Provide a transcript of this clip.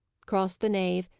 crossed the nave,